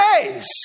days